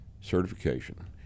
certification